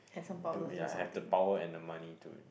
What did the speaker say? do yea have the power and the money to